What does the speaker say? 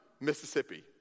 Mississippi